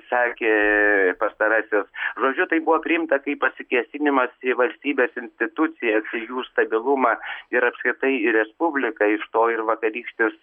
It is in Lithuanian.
sakė pastarasis žodžiu tai buvo priimta kaip pasikėsinimas į valstybės institucijas į jų stabilumą ir apskritai į respubliką iš to ir vakarykštis